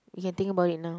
you can think about it now